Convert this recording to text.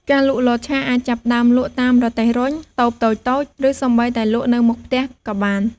ការលក់ លតឆា អាចចាប់ផ្ដើមលក់តាមរទេះរុញ តូបតូចៗ ឬសូម្បីតែលក់នៅមុខផ្ទះក៏បាន។